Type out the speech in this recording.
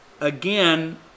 again